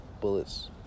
bullets